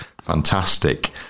fantastic